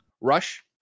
Rush